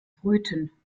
brüten